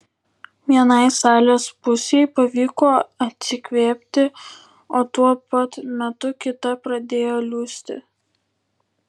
vienai salės pusei pavyko atsikvėpti o tuo pat metu kita pradėjo liūsti